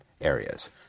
areas